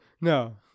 No